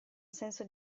senso